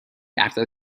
after